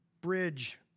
bridge